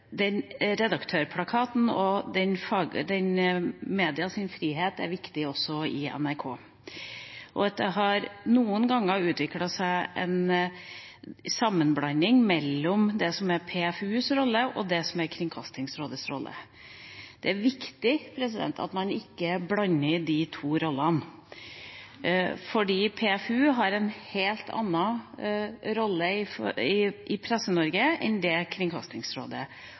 Redaktørplakaten og medias frihet er viktig også i NRK, og at det noen ganger har utviklet seg en sammenblanding mellom det som er PFUs rolle, og det som er Kringkastingsrådets rolle. Det er viktig at man ikke blander de to rollene, for PFU har en helt annen rolle i Presse-Norge enn det Kringkastingsrådet har. Og vi skal fortsatt ha både pressefrihet og Redaktørplakatens posisjon i